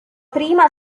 prima